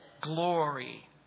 Glory